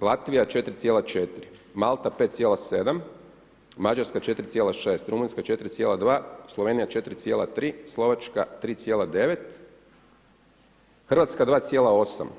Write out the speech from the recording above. Latvija 4,4, Malta 5,7, Mađarska 4,6, Rumunjska 4,2, Slovenija 4,3, Slovačka 3,9, Hrvatska 2,8.